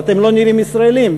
"אתם לא נראים ישראלים",